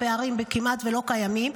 הפערים כמעט ולא קיימים,